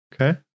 Okay